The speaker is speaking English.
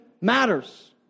matters